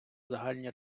загальні